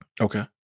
Okay